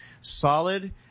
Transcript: solid